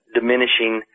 diminishing